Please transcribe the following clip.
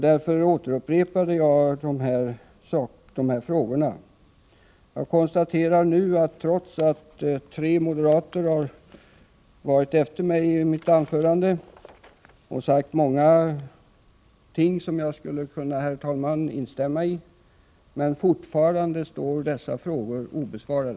Därför upprepade jag den här frågan. Jag konstaterar nu att trots att tre moderater har talat efter mig, och sagt många ting som jag, herr talman, skulle kunna instämma i, står denna fråga fortfarande obesvarad.